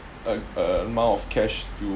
uh a~ amount of cash you